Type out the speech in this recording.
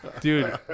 Dude